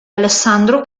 alessandro